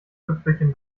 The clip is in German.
tüpfelchen